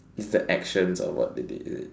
is that actions of what they did is it